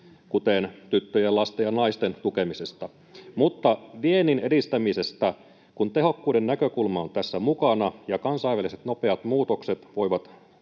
kuten tyttöjen, lasten ja naisten tukemisesta. Mutta viennin edistämisestä. Kun tehokkuuden näkökulma on tässä mukana ja kansainväliset nopeat muutokset voivat